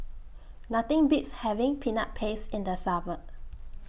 Nothing Beats having Peanut Paste in The Summer